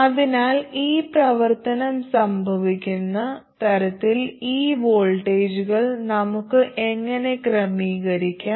അതിനാൽ ഈ പ്രവർത്തനം സംഭവിക്കുന്ന തരത്തിൽ ഈ വോൾട്ടേജുകൾ നമുക്ക് എങ്ങനെ ക്രമീകരിക്കാം